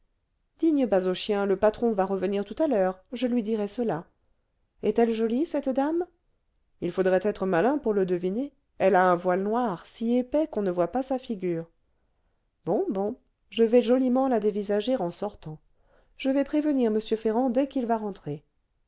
digne basochien le patron va revenir tout à l'heure je lui dirai cela est-elle jolie cette dame il faudrait être malin pour le deviner elle a un voile noir si épais qu'on ne voit pas sa figure bon bon je vais joliment la dévisager en sortant je vais prévenir m ferrand dès qu'il va rentrer